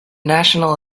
national